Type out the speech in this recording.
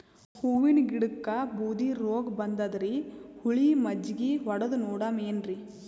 ಹೂವಿನ ಗಿಡಕ್ಕ ಬೂದಿ ರೋಗಬಂದದರಿ, ಹುಳಿ ಮಜ್ಜಗಿ ಹೊಡದು ನೋಡಮ ಏನ್ರೀ?